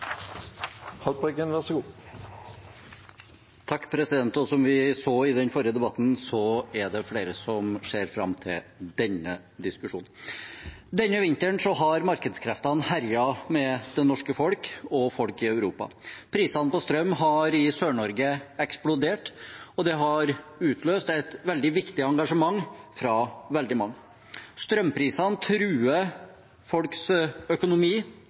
Som vi så i den forrige debatten, er det flere som ser fram til denne diskusjonen. Denne vinteren har markedskreftene herjet med det norske folk og folk i Europa. Prisene på strøm i Sør-Norge har eksplodert, og det har utløst et veldig viktig engasjement fra veldig mange. Strømprisene truer folks økonomi